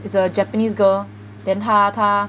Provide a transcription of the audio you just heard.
is a japanese girl then 他他